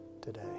today